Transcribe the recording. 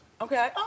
Okay